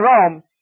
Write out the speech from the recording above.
Rome